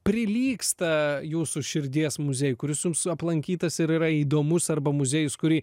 prilygsta jūsų širdies muziejui kuris jums aplankytas ir yra įdomus arba muziejus kurį